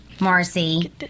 Marcy